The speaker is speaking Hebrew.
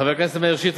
חבר הכנסת מאיר שטרית,